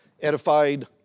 edified